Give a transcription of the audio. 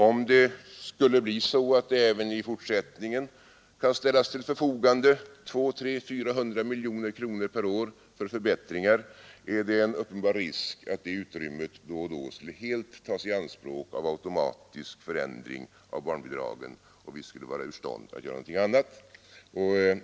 Om det skulle bli så att det även i fortsättningen kan ställas till förfogande 200, 300 eller 400 miljoner per år finns en uppenbar risk att det utrymmet helt skulle tas i anspråk av automatiska förändringar av barnbidragen. Vi skulle då vara ur stånd att göra något annat.